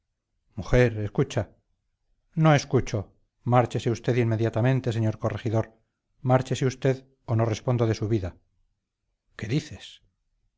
mujer escucha no escucho márchese usted inmediatamente señor corregidor márchese usted o no respondo de su vida qué dices